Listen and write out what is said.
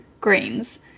greens